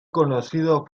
conocido